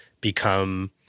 become